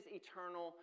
eternal